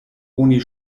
oni